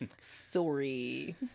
Sorry